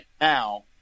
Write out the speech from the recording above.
now